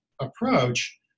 approach